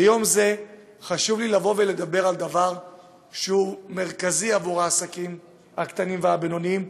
ביום זה חשוב לי לדבר על דבר שהוא מרכזי עבור העסקים הקטנים והבינוניים,